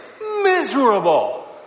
miserable